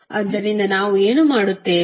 ಆದ್ದರಿಂದ ನಾವು ಏನು ಮಾಡುತ್ತೇವೆ